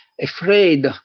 afraid